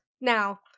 now